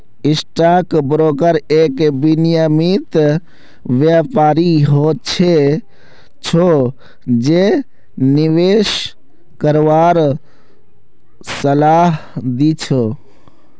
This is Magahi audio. स्टॉक ब्रोकर एक विनियमित व्यापारी हो छै जे निवेश करवार सलाह दी छै